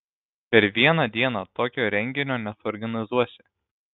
per vieną dieną tokio renginio nesuorganizuosi